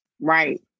right